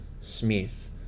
Smith